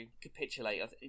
capitulate